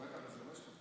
אני רואה את הרזומה שלך.